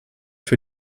für